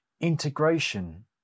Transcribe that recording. integration